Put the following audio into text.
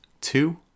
Two